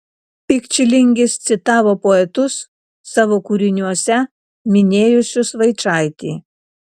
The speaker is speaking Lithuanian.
pikčilingis citavo poetus savo kūriniuose minėjusius vaičaitį